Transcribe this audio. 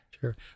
Sure